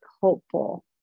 hopeful